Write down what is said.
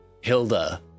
Hilda